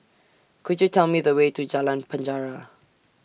Could YOU Tell Me The Way to Jalan Penjara